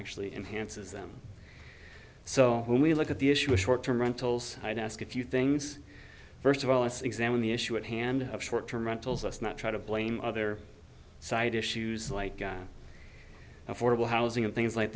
actually enhances them so when we look at the issue of short term rentals and ask a few things first of all let's examine the issue at hand of short term rentals us not try to blame other side issues like affordable housing and things like